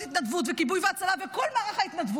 התנדבות וכיבוי והצלה וכל מערך ההתנדבות,